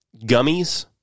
Gummies